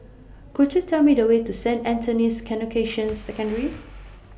Could YOU Tell Me The Way to Saint Anthony's Canossian Secondary